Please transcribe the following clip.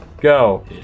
go